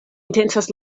intencas